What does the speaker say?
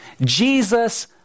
Jesus